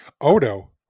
Odo